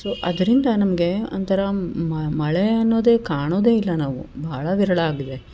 so ಅದರಿಂದ ನಮಗೆ ಒಂಥರ ಮಳೆ ಅನ್ನೋದೇ ಕಾಣೋದೇ ಇಲ್ಲ ನಾವು ಭಾಳ ವಿರಳ ಆಗಿದೆ